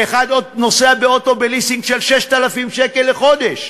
ואחד עוד נוסע באוטו בליסינג של 6,000 שקל לחודש,